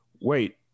wait